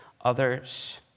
others